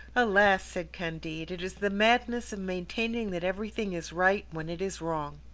alas! said candide, it is the madness of maintaining that everything is right when it is wrong.